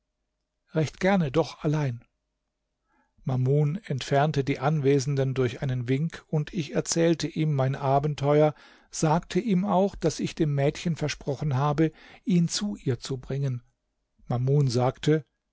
recht gerne doch allein mamun entfernte die anwesenden durch einen wink und ich erzählte ihm mein abenteuer sagte ihm auch daß ich dem mädchen versprochen habe ihn zu ihr zu bringen mamun sagte